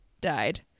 died